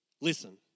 listen